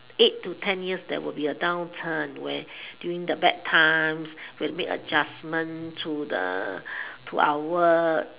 eight to ten years there will be a downturn where during the bad times we have to make adjustments to the to our work